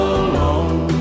alone